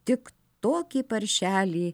tik tokį paršelį